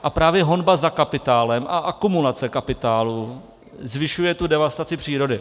A právě honba za kapitálem a akumulace kapitálu zvyšuje devastaci přírody.